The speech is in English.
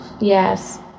Yes